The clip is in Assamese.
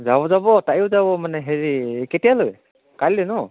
যাব যাব তায়ো যাব মানে হেৰি কেতিয়ালৈ কাইলৈ ন